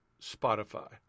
Spotify